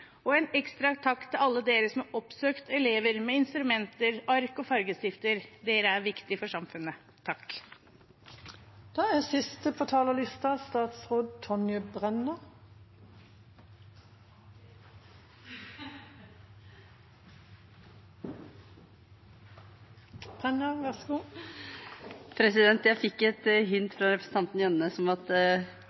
En ekstra takk til alle dere som har oppsøkt elever med instrumenter, ark og fargestifter – dere er viktige for samfunnet. På vei opp på